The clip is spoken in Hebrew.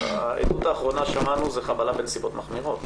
בעדות האחרונה ששמענו הוגש כתב אישום על חבלה בנסיבות מחמירות,